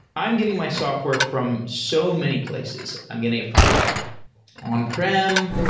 i'm getting my software from so many places i'm getting it from on-prem,